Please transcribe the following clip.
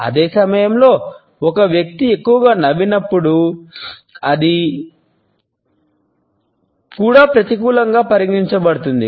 అదే సమయంలో ఒక వ్యక్తి ఎక్కువగా నవ్వినప్పుడు అది కూడా ప్రతికూలంగా పరిగణించబడుతుంది